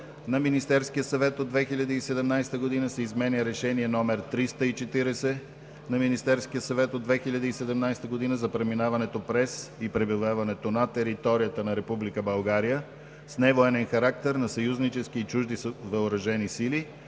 на Министерския съвет от 2017 г. се изменя Решение № 340 на Министерския съвет от 2017 г. за преминаването през и пребиваването на територията на Република България с невоенен характер на съюзнически и чужди въоръжени сили